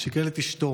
שכל את אשתו